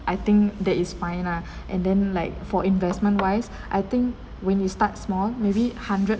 I think that is fine lah and then like for investment wise I think when you start small maybe hundred